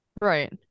Right